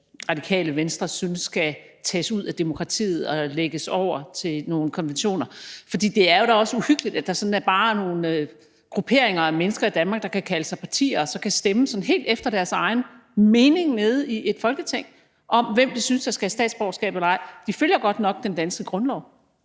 Radikale Venstre synes skal tages ud af demokratiet og lægges over til nogle konventioner, for det er da også uhyggeligt, at der er nogle grupperinger af mennesker i Danmark, der kan kalde sig partier og kan stemme helt efter deres egen mening nede i Folketinget om, hvem de synes skal have statsborgerskab eller ej. De følger godt nok den danske grundlov,